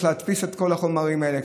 קל וחומר שצריך להדפיס את כל החומרים האלה,